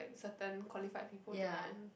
certain qualified people to run